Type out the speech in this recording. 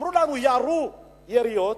ירו יריות,